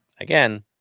Again